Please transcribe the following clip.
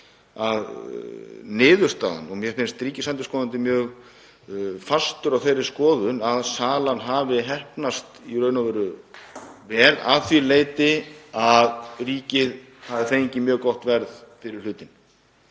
að niðurstaðan — mér finnst ríkisendurskoðandi mjög fastur á þeirri skoðun — er að salan hafi í raun og veru heppnast vel að því leyti að ríkið hafi fengið mjög gott verð fyrir hlutinn.